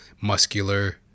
muscular